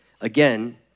again